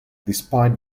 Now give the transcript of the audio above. despite